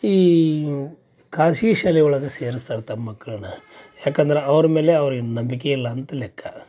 ಈ ಖಾಸ್ಗಿ ಶಾಲೆ ಒಳಗೆ ಸೇರಸ್ತಾರೆ ತಮ್ಮ ಮಕ್ಕಳನ್ನ ಯಾಕಂದ್ರೆ ಅವ್ರ ಮೇಲೆ ಅವ್ರಿಗೆ ನಂಬಿಕೆ ಇಲ್ಲ ಅಂತ ಲೆಕ್ಕ